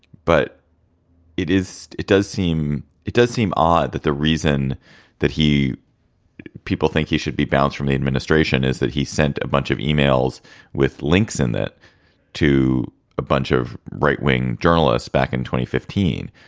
but it is it does seem it does seem odd that the reason that he people think he should be banned from the administration is that he sent a bunch of emails with links in that to a bunch of right wing journalists back in two fifteen.